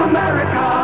America